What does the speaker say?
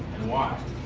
and why?